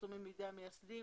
חתומים בידי המייסדים.